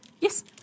Yes